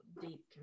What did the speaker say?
deep